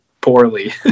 poorly